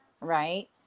right